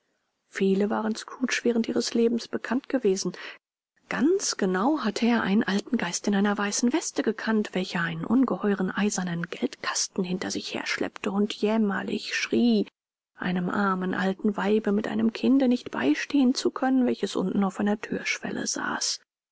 viele waren scrooge während ihres lebens bekannt gewesen ganz genau hatte er einen alten geist in einer weißen weste gekannt welcher einen ungeheuren eisernen geldkasten hinter sich herschleppte und jämmerlich schrie einem armen alten weibe mit einem kinde nicht beistehen zu können welches unten auf einer thürschwelle saß